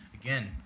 Again